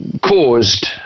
caused